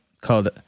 called